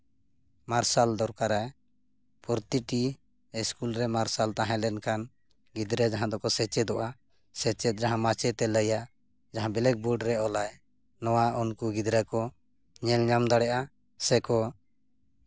ᱢᱟᱨᱥᱟᱞ ᱫᱚᱨᱠᱟᱨᱟ ᱯᱨᱚᱛᱤᱴᱤ ᱤᱥᱠᱩᱞ ᱨᱮ ᱢᱟᱨᱥᱟᱞ ᱛᱟᱦᱮᱸ ᱞᱮᱱᱠᱷᱟᱱ ᱜᱤᱫᱽᱨᱟᱹ ᱡᱟᱦᱟᱸ ᱫᱚᱠᱚ ᱥᱮᱪᱮᱫᱚᱜᱼᱟ ᱥᱮᱪᱮᱫ ᱡᱟᱦᱟᱸ ᱢᱟᱪᱮᱫᱼᱮ ᱞᱟᱹᱭᱟ ᱡᱟᱦᱟᱸ ᱵᱞᱮᱠ ᱵᱳᱨᱰ ᱨᱮ ᱚᱞᱟᱭ ᱱᱚᱣᱟ ᱩᱱᱠᱩ ᱜᱤᱫᱨᱟᱹ ᱠᱚ ᱧᱮᱞᱧᱟᱢ ᱫᱟᱲᱮᱭᱟᱜᱼᱟ ᱥᱮᱠᱚ